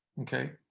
Okay